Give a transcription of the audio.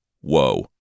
Whoa